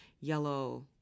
yellow